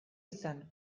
izan